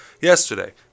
yesterday